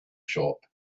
shop